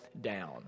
down